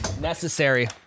Necessary